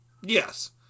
Yes